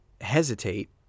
hesitate